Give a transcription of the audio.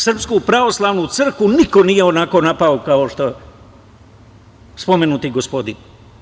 Srpsku pravoslavnu crkvu niko nije onako napao kao što je spomenuti gospodin.